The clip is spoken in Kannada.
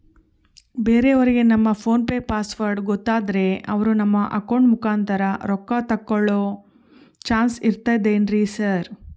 ಬೇರೆಯವರಿಗೆ ನಮ್ಮ ಫೋನ್ ಪೆ ಪಾಸ್ವರ್ಡ್ ಗೊತ್ತಾದ್ರೆ ಅವರು ನಮ್ಮ ಅಕೌಂಟ್ ಮುಖಾಂತರ ರೊಕ್ಕ ತಕ್ಕೊಳ್ಳೋ ಚಾನ್ಸ್ ಇರ್ತದೆನ್ರಿ ಸರ್?